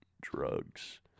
drugs